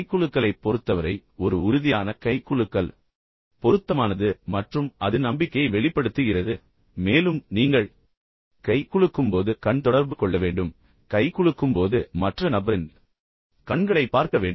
கை குலுக்கலைப் பொறுத்தவரை ஒரு உறுதியான கை குலுக்கல் பொருத்தமானது மற்றும் அது நம்பிக்கையை வெளிப்படுத்துகிறது மேலும் நீங்கள் கை குலுக்கும்போது நீங்கள் கண் தொடர்பு கொள்ள வேண்டும் நீங்கள் கை குலுக்கும்போது மற்ற நபரின் கண்களைப் பார்க்க வேண்டும்